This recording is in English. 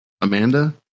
Amanda